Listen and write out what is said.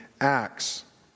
acts